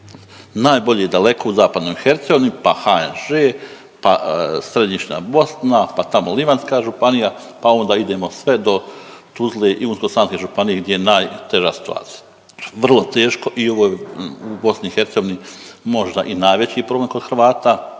Najbolje daleko u zapadnoj Hercegovini, pa HŽ, pa središnja Bosna, pa tamo Livanjska županija, pa onda idemo sve do Tuzle i Unsko-sanske županije gdje je najteža situacija. Vrlo teško i u BiH možda i najveći problem kod Hrvata,